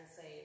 say